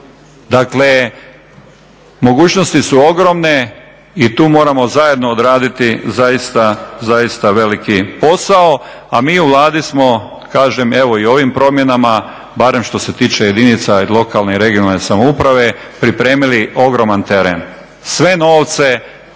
Dakle, mogućnosti su ogromne i tu moramo zajedno odraditi zaista veliki posao, a mi u Vladi smo, kažem, evo i ovim promjenama, barem što se tiče jedinica lokalne i regionalne samouprave pripremili ogroman teren. Sve novce,